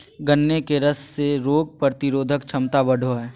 गन्ने के रस से रोग प्रतिरोधक क्षमता बढ़ो हइ